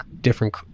different